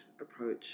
approach